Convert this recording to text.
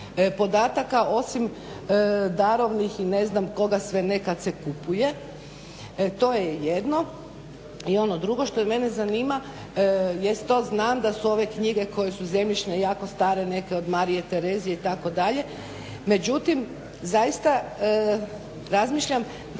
osim darovnih i ne znam koga sve ne kad se kupuje. To je jedno. I ono drugo što mene zanima, jest to znam da su ove knjige koje su zemljišne knjige jako stare, neke od Marije Terezije itd., međutim zaista razmišljam da